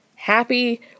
Happy